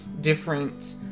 Different